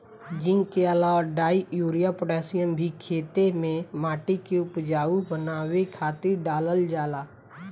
zinc के अलावा डाई, यूरिया, पोटैशियम भी खेते में माटी के उपजाऊ बनावे खातिर डालल जाला